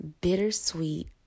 bittersweet